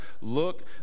Look